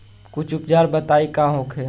कुछ उपचार बताई का होखे?